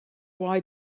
why